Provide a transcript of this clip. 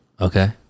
Okay